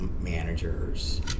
managers